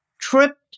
tripped